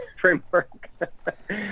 framework